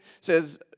says